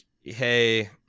Hey